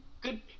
good